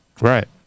Right